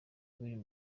b’uyu